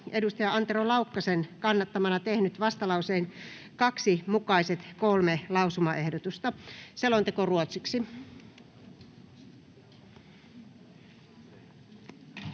Marttinen Antero Laukkasen kannattamana tehnyt vastalauseen 2 mukaiset kolme lausumaehdotusta. [Speech 2]